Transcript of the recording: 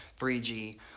3G